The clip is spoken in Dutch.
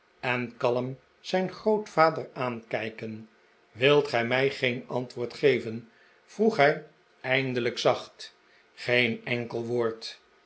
en kalm zijn grootvader aankijken wilt gij mij geen antwoord geven vroeg hij eindelijk zacht geen enkel woord